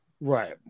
right